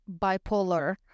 bipolar